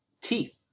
teeth